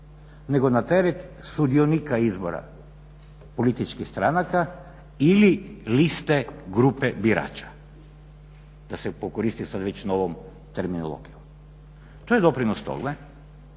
nego na teret sudionika izbora političkih stranaka ili liste grupe birača da se pokoristim sad već novom terminologijom. To je doprinos tome da